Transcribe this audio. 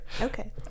Okay